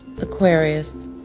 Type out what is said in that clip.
Aquarius